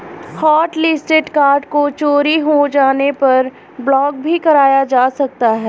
hotlisted card को चोरी हो जाने पर ब्लॉक भी कराया जा सकता है